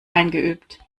eingeübt